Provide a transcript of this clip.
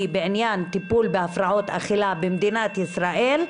בעניין הטיפול בהפרעות אכילה במדינת ישראל,